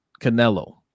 Canelo